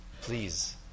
Please